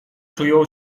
czują